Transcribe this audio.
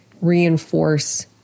reinforce